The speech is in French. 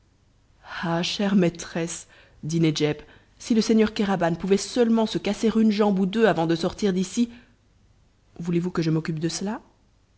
chère maîtresse dit nedjeb si le seigneur kéraban pouvait seulement se casser une jambe ou deux avant de sortir d'ici voulez-vous que je m'occupe de cela